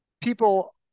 people